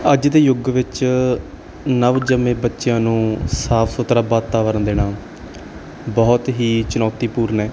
ਅੱਜ ਦੇ ਯੁੱਗ ਵਿੱਚ ਨਵਜੰਮੇ ਬੱਚਿਆਂ ਨੂੰ ਸਾਫ ਸੁਥਰਾ ਵਾਤਾਵਰਨ ਦੇਣਾ ਬਹੁਤ ਹੀ ਚੁਣੌਤੀਪੂਰਨ ਹੈ